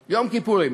כיפורים.